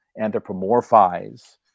anthropomorphize